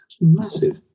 massive